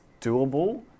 doable